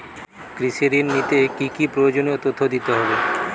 কৃষি ঋণ নিতে কি কি প্রয়োজনীয় তথ্য দিতে হবে?